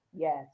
Yes